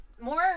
More